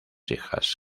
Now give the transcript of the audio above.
hijas